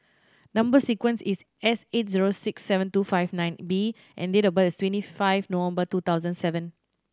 number sequence is S eight zero six seven two five nine B and date of birth is twenty five November two thousand seven